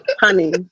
Honey